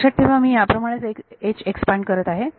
लक्षात ठेवा मी याप्रमाणेच एक्सपांड करत आहे